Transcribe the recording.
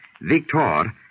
Victor